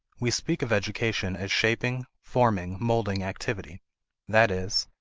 we speak of education as shaping, forming, molding activity that is,